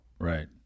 right